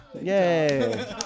yay